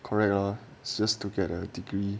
correct lor just to get a degree